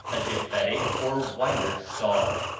a japhetic or whiter stock,